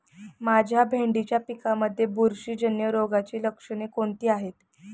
माझ्या भेंडीच्या पिकामध्ये बुरशीजन्य रोगाची लक्षणे कोणती आहेत?